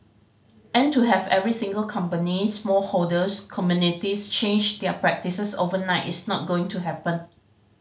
and to have every single company small holders communities change their practises overnight is not going to happen